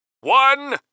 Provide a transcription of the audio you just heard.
one